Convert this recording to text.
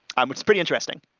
um which is pretty interesting.